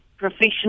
professional